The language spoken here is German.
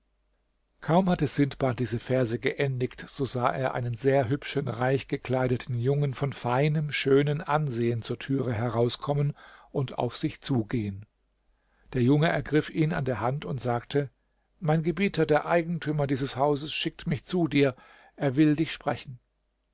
kaum hatte sindbad diese verse geendigt so sah er einen sehr hübschen reichgekleideten jungen von feinem schönem ansehen zur türe herauskommen und auf sich zugehen der junge ergriff ihn an der hand und sagte mein gebieter der eigentümer dieses hauses schickt mich zu dir er will dich sprechen